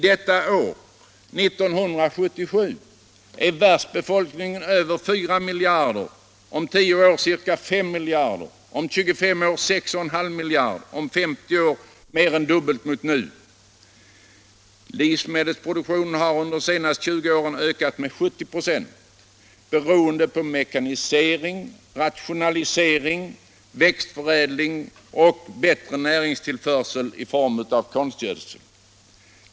Detta år, 1977, uppgår världens befolkning till över 4 miljarder. Om 10 år är den ca 5 miljarder, om 25 år 6,5 miljarder och om 50 år mer än dubbelt så stor som nu. Livsmedelsproduktionen har under de senaste 20 åren ökat med 70 96, beroende på mekanisering, rationalisering, växtförädling och bättre näringstillförsel i form av konstgödsel.